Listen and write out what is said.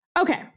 Okay